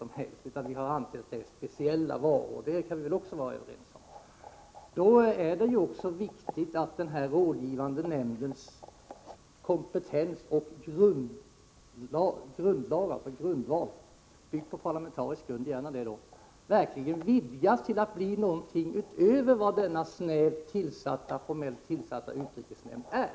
om textilier eller verkstadsprodukter — utan om speciella varor — det kan vi vara överens om. Det är viktigt att denna rådgivande nämnds kompetens bygger på parlamentarisk grund och vidgas till att bli någonting utöver vad denna formellt och snävt tillsatta utrikesnämnd är.